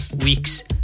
weeks